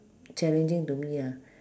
challenging to me ah